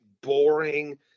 boring